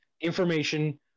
information